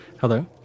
Hello